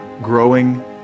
growing